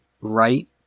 right